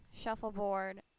shuffleboard